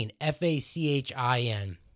F-A-C-H-I-N